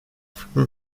from